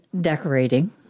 decorating